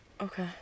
Okay